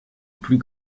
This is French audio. plus